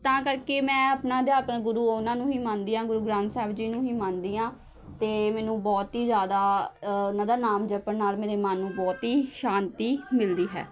ਤਾਂ ਕਰਕੇ ਮੈਂ ਆਪਣਾ ਅਧਿਆਤਮਿਕ ਗੁਰੂ ਉਹਨਾਂ ਨੂੰ ਹੀ ਮੰਨਦੀ ਹਾਂ ਗੁਰੂ ਗ੍ਰੰਥ ਸਾਹਿਬ ਜੀ ਨੂੰ ਹੀ ਮੰਨਦੀ ਹਾਂ ਅਤੇ ਮੈਨੂੰ ਬਹੁਤ ਹੀ ਜ਼ਿਆਦਾ ਉਹਨਾਂ ਦਾ ਨਾਮ ਜਪਣ ਨਾਲ਼ ਮੇਰੇ ਮਨ ਨੂੰ ਬਹੁਤ ਹੀ ਸ਼ਾਂਤੀ ਮਿਲਦੀ ਹੈ